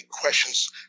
questions